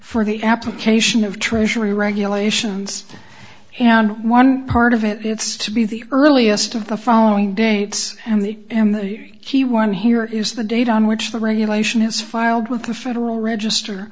for the application of treasury regulations and one part of it it's to be the earliest of the following day it's the key word here is the date on which the regulation is filed with the federal register